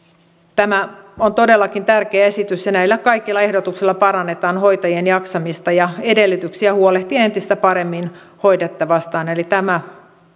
tämä on todellakin tärkeä esitys ja näillä kaikilla ehdotuksilla parannetaan hoitajien jaksamista ja edellytyksiä huolehtia entistä paremmin hoidettavastaan eli tämä